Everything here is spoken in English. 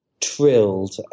Trilled